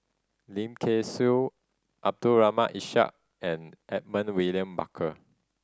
Lim Kay Siu Abdul Ishak and Edmund William Barker